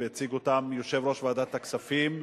והציג אותם יושב-ראש ועדת הכספים.